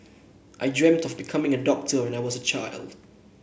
I dreamt of becoming a doctor when I was a child